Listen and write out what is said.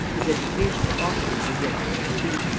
his education at oxford was yet incomplete,